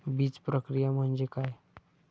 बीजप्रक्रिया म्हणजे काय?